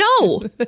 No